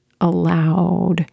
allowed